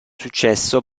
successo